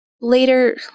later